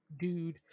dude